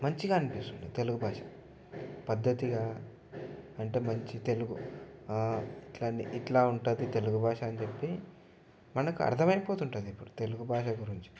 మంచిగా అనిపిస్తుంది తెలుగు భాష పద్ధతిగా అంటే మంచి తెలుగు ఆ ఇట్లని ఇట్లా ఉంటుందని తెలుగు భాష అని చెప్పి మనకు అర్థం అయిపోతుంది తెలుగు భాష గురించి